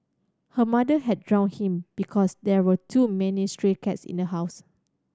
her mother had drowned him because there were too many stray cats in the house